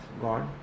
God